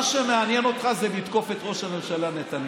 מה שמעניין אותך זה לתקוף את ראש הממשלה נתניהו,